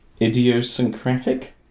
Idiosyncratic